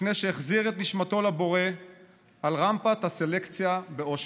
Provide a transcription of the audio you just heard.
לפני שהחזיר את נשמתו לבורא על רמפת הסלקציה באושוויץ.